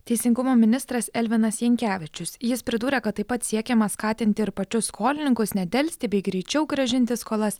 teisingumo ministras elvinas jankevičius jis pridūrė kad taip pat siekiama skatinti ir pačius skolininkus nedelsti bei greičiau grąžinti skolas